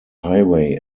highway